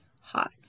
hot